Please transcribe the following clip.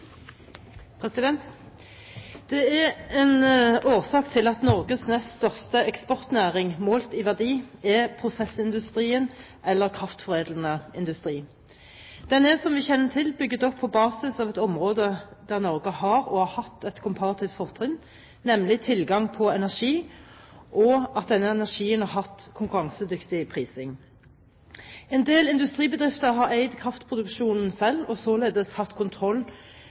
til. Det er en årsak til at Norges nest største eksportnæring målt i verdi er prosessindustrien eller kraftforedlende industri. Den er som vi kjenner til, bygget opp på basis av et område der Norge har og har hatt et komparativt fortrinn, nemlig tilgang på energi, og at denne energien har hatt konkurransedyktig prising. En del industribedrifter har eid kraftproduksjonen selv og således hatt kontroll